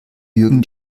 jürgen